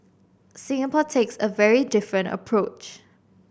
Singapore takes a very different approach